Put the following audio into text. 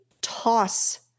toss